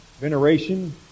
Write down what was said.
veneration